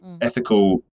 ethical